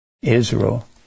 israel